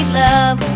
love